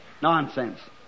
Nonsense